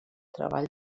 treball